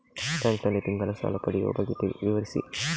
Bank ನಲ್ಲಿ ತಿಂಗಳ ಸಾಲ ಪಡೆಯುವ ಬಗ್ಗೆ ವಿವರಿಸಿ?